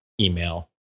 email